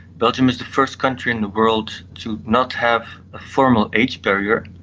belgium is the first country in the world to not have a formal age barrier.